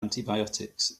antibiotics